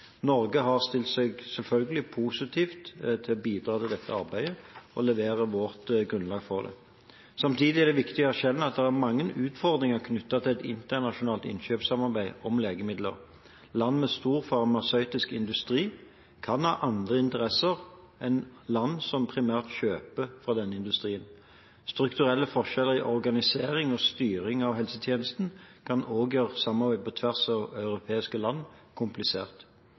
Norge har selvfølgelig stilt seg positivt til å bidra i dette arbeidet og levere vårt grunnlag for det. Samtidig er det viktig å erkjenne at det er mange utfordringer knyttet til et internasjonalt innkjøpssamarbeid om legemidler. Land med stor farmasøytisk industri kan ha andre interesser enn land som primært kjøper fra denne industrien. Strukturelle forskjeller i organisering og styring av helsetjenesten kan også gjøre samarbeid på tvers av europeiske land komplisert.